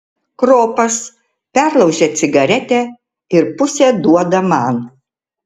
kropas perlaužia cigaretę ir pusę duoda man